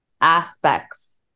aspects